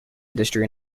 industry